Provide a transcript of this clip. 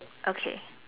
okay